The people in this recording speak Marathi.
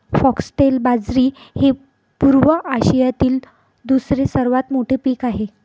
फॉक्सटेल बाजरी हे पूर्व आशियातील दुसरे सर्वात मोठे पीक आहे